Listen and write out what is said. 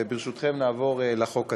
וברשותכם, נעבור לחוק עצמו: